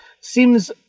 seems